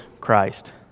Christ